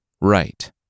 right